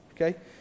okay